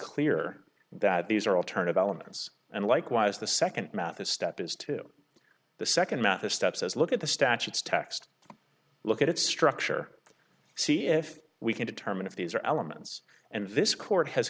clear that these are all turn of elements and likewise the second mathis step is to the second method steps as look at the statutes text look at its structure see if we can determine if these are elements and this court has